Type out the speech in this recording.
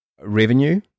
revenue